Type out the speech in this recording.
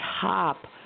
top